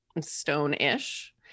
stone-ish